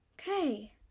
Okay